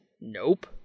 Nope